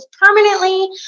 permanently